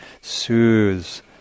soothes